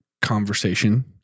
conversation